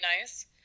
nice